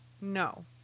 No